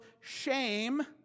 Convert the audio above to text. shame